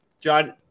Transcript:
John